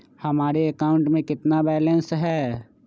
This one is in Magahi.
हमारे अकाउंट में कितना बैलेंस है?